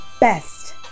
best